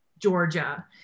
Georgia